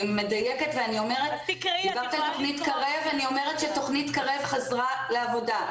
אני מדייקת ואני אומרת שתוכנית קרב חזרה לעבודה.